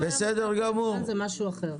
אם הוא היה מוגדר כיצרן זה משהו אחר.